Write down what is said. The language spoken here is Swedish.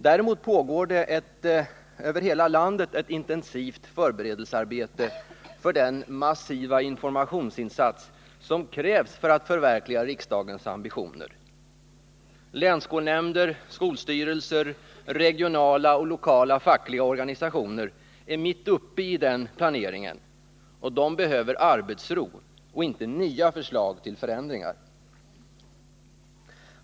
Däremot pågår det över hela landet ett intensivt förberedelsearbete för den massiva informationsinsats som krävs för att förverkliga riksdagens ambitioner. Länsskolnämnder, skolstyrelser, regionala och lokala fackliga organisationer är mitt uppe i den planeringen, och de behöver arbetsro och inte nya förslag till förändringar.